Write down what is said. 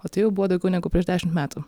o tai jau buvo daugiau negu prieš dešimt metų